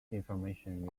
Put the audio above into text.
information